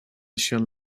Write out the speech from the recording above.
shall